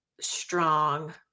strong